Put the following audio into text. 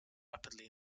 rapidly